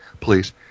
please